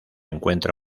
encuentra